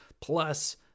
plus